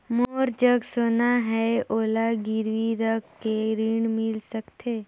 मोर जग सोना है ओला गिरवी रख के ऋण मिल सकथे?